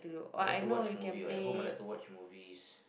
I like to watch movie at home I like to watch movies